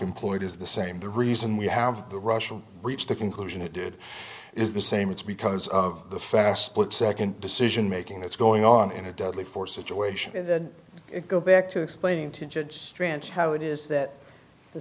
employed is the same the reason we have the russian reach the conclusion it did is the same it's because of the fast but second decision making that's going on in a deadly force situation to go back to explaining to judge strengths how it is that the